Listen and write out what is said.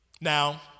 now